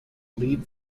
leave